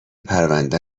پرونده